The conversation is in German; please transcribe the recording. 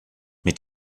mit